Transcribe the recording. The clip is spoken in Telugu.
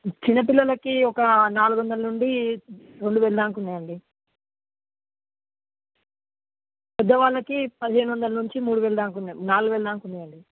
చిన్నపిల్లలకి ఒక నాలుగుగొందల నుండి రెండు వేల దాక ఉన్నాయండి పెద్దవాళ్ళకి పదిహేను వందల నుంచి మూడు వేల దాక ఉన్నాయి నాలుగు వేల దాక ఉన్నాయండి